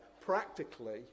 practically